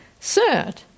Third